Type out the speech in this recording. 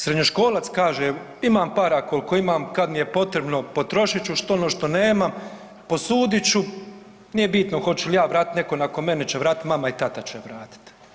Srednjoškolac kaže imam para kolko imam, kad mi je potrebno potrošit ću, što ono što nemam posudit ću, nije bitno hoću li ja vratit, neko nakon mene će vratit, mama i tata će vratit.